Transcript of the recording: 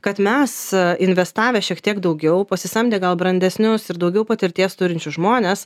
kad mes investavę šiek tiek daugiau pasisamdę gal brandesnius ir daugiau patirties turinčius žmones